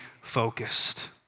focused